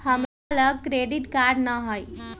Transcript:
हमरा लग credit card नऽ हइ